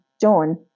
John